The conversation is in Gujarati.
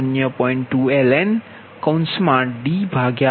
તેથી L00